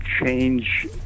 change